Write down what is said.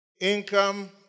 Income